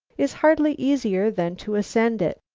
is hardly easier than to ascend it.